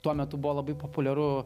tuo metu buvo labai populiaru